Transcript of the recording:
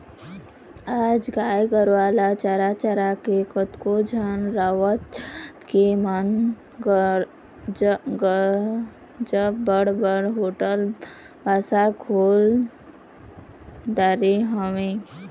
आज गाय गरुवा ल चरा चरा के कतको झन राउत जात के मन ह गजब बड़ बड़ होटल बासा खोल डरे हवय